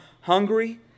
hungry